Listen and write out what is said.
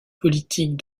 politique